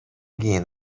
кийин